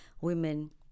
women